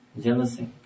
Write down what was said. Jealousy